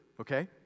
okay